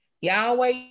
Yahweh